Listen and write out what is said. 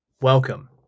welcome